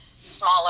smaller